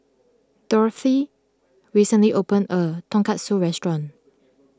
Dorothea recently opened a new Tonkatsu restaurant